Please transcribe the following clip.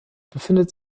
befindet